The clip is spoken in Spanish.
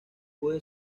puede